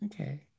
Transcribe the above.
Okay